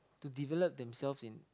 to develop themselves in